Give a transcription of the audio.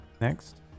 next